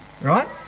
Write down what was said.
right